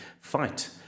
fight